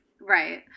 Right